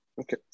Okay